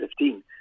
2015